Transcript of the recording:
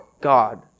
God